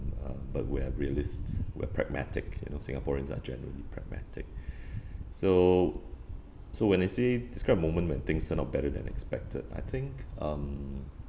um but we're realist we're pragmatic you know singaporeans are generally pragmatic so so when I see describe a moment when things turn out better than expected I think um